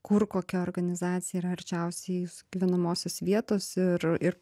kur kokia organizacija yra arčiausiai jūsų gyvenamosios vietos ir ir